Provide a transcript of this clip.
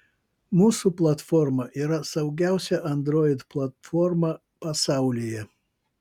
mūsų platforma yra saugiausia android platforma pasaulyje